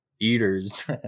eaters